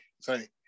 sorry